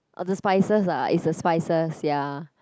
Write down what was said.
orh the spices ah it's the spices ya